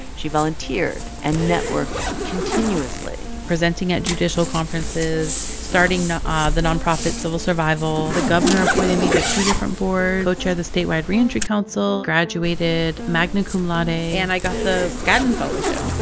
she volunteered and networked continuously presenting at judicial conferences, starting ah ah the nonprofit civil survival. the governor appointed me to two different boards, co-chaired the statewide reentry council, graduated magna cum laude, and i got the skadden fellowship